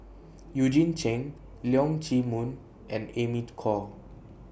Eugene Chen Leong Chee Mun and Amy Khor